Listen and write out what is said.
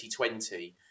2020